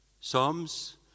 psalms